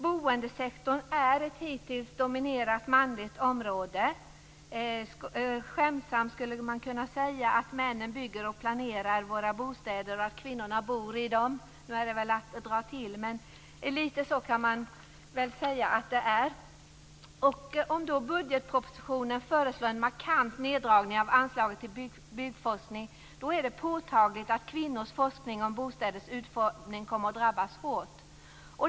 Boendesektorn är ett hittills manligt dominerat område. Skämtsamt kan man säga att männen bygger och planerar våra bostäder och att kvinnorna bor i dem. Det är väl att dra till, men lite så kan man säga att det är. I budgetpropositionen föreslår man en markant neddragning av anslaget till byggforskning. Det är påtagligt att kvinnors forskning om bostäders utformning kommer att drabbas hårt.